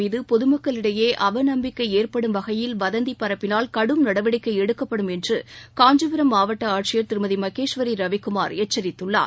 மீதுபொதுமக்களிடையேஅவநம்பிக்கைஏற்படும் அரசுமருத்துவமனைகள் வகையில் வதந்திபரப்பினால் கடும் நடவடிக்கைஎடுக்கப்படும் என்றுகாஞ்சிபுரம் மாவட்டஆட்சியர் திருமதி மகேஸ்வரிரவிக்குமார் எச்சரித்துள்ளார்